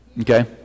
Okay